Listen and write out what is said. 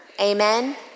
Amen